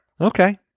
Okay